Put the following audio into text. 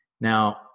Now